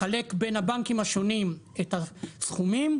לחלק בין הבנקים השונים את הסכומים,